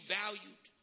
valued